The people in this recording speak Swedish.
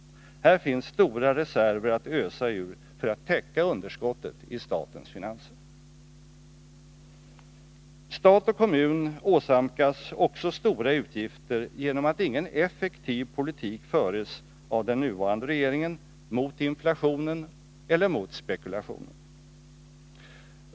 Här finns stora reserver att ösa ur för att täcka underskottet i statens finanser. Stat och kommun åsamkas också stora utgifter genom att ingen effektiv politik förs av den nuvarande regeringen vare sig mot inflationen eller mot spekulationen.